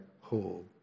whole